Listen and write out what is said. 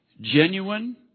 Genuine